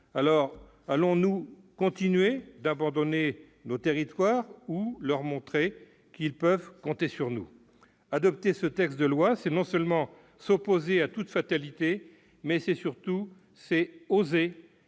? Allons-nous continuer d'abandonner nos territoires ou leur montrer qu'ils peuvent compter sur nous ? Adopter cette proposition de loi, c'est non seulement s'opposer à toutes les fatalités, mais surtout « oser